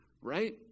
right